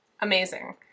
amazing